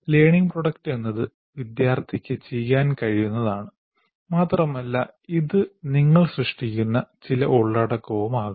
learning product എന്നത് വിദ്യാർത്ഥിക്ക് ചെയ്യാൻ കഴിയുന്നതാണ് മാത്രമല്ല ഇത് നിങ്ങൾ സൃഷ്ടിക്കുന്ന ചില ഉള്ളടക്കവും ആകാം